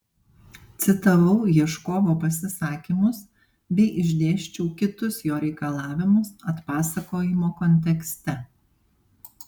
citavau ieškovo pasisakymus bei išdėsčiau kitus jo reikalavimus atpasakojimo kontekste